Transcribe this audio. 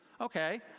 Okay